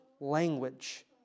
language